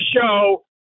show